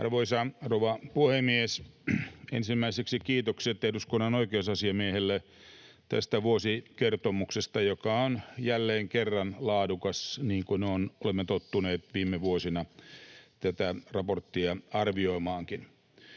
Arvoisa rouva puhemies! Ensimmäiseksi kiitokset eduskunnan oikeusasiamiehelle tästä vuosikertomuksesta, joka on jälleen kerran laadukas, niin kuin olemme tottuneet viime vuosina tätä raporttia arvioimaankin.